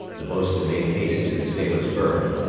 the boatswain made haste to the sailor's berth.